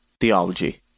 Theology